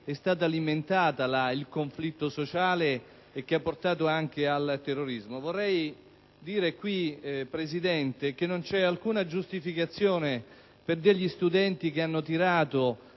è stato alimentato il conflitto sociale, e si è arrivati anche al terrorismo. Vorrei dire, signor Presidente, che non c'è alcuna giustificazione per degli studenti che hanno tirato